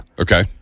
Okay